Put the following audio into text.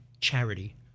charity